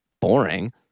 boring